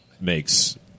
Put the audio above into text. makes